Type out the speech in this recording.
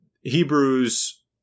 Hebrews